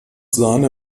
sahne